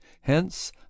hence